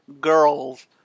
girls